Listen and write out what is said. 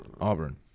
Auburn